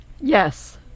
Yes